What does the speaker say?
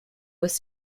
was